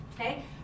okay